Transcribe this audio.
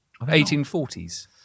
1840s